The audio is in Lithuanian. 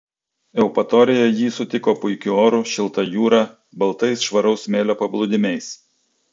eupatorija jį sutiko puikiu oru šilta jūra baltais švaraus smėlio paplūdimiais